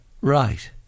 Right